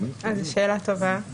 שאלה טובה.